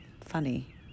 funny